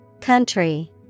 Country